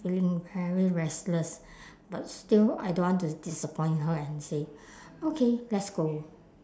feeling very restless but still I don't want to disappoint her and say okay let's go